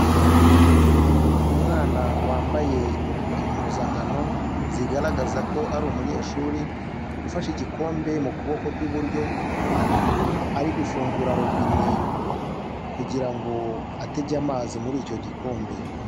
Umwana wambaye impuzankano zigaragaza ko ari umunyeshuri, ufashe igikombe mu kuboko kw'iburyo, ari gufungura robine kugira ngo atege amazi muri icyo gikombe.